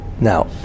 Now